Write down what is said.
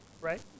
right